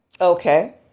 Okay